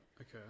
Okay